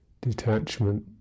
detachment